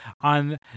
on